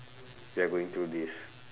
we are going through this